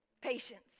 patience